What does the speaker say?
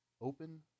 open